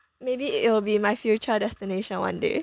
maybe it will be my future destination one day